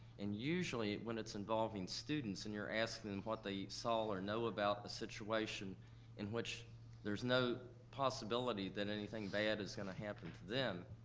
and usually when it's involving students and you're asking them what they saw or know about a situation in which there's no possibility that anything bad is gonna happen to them,